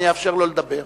אני אאפשר לו לדבר.